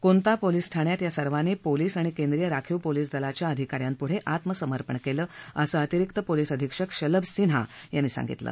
कोंता पोलीस ठाण्यात या सर्वानी पोलीस आणि केंद्रीय राखीव पोलीस दलाच्या अधिका यांपुढं आत्मसर्मपण केलं असं अतिरिक्त पोलीस अधीक्षक शलभ सिन्हा यांनी सांगितलं